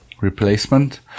replacement